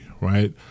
right